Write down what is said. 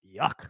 Yuck